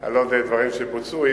על עוד דברים שבוצעו.